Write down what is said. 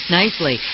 nicely